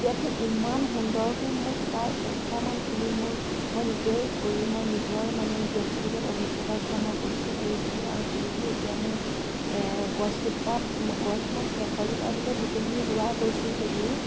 দিয়া পিছত ইমান সুন্দৰকৈ মোৰ প্ৰায় এশমান পুলি মোৰ মই নিজেই কৰি মই নিজৰ মানে ব্যক্তিগত অভিজ্ঞতাৰ পৰা মই কৈছোঁ কৰিছিলোঁ আৰু পুলিখিনি এতিয়া মোৰ গছজোপা গছ মানে এশজোপা ভিতৰত গোটেইখিনি ৰুৱা গৈছিল যদিও